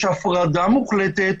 יש הפרדה מוחלטת,